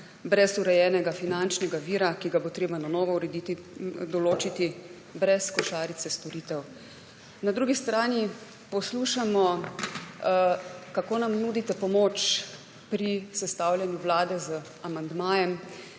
brez urejenega finančnega vira, ki ga bo treba na novo urediti in določiti, brez košarice storitev. Na drugi strani poslušamo, kako nam nudite pomoč pri sestavljanju vlade z amandmajem,